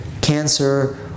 cancer